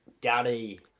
daddy